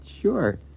sure